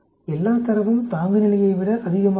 எல்லா தரவும் தாங்குநிலையை விட அதிகமாக இருக்கும்